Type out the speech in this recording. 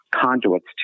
conduits